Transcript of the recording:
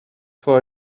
for